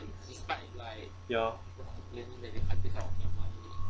ya